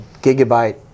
gigabyte